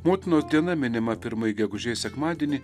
motinos diena minima pirmąjį gegužės sekmadienį